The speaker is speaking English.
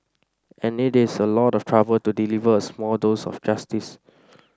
and it is a lot of trouble to deliver a small dose of justice